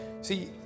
See